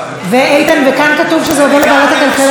איתן, כאן כתוב שזה עובר לוועדת הכלכלה.